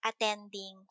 attending